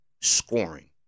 scoring